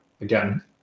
again